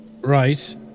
Right